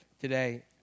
today